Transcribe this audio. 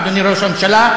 אדוני ראש הממשלה.